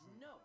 No